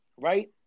Right